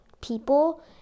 people